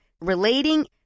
relating